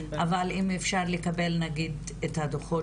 אבל אם אפשר לקבל נגיד את הדוחו"ת